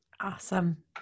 Awesome